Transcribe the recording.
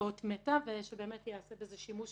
אות מתה ושבאמת ייעשה בזה שימוש